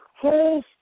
whole